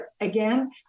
again